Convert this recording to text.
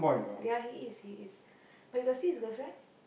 ya he is he is but you got see his girlfriend